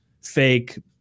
fake